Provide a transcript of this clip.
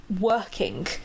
working